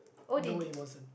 no it wasn't